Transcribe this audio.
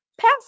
Pass